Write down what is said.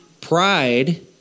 Pride